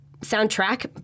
soundtrack